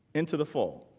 into the fall.